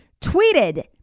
tweeted